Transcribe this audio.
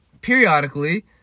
periodically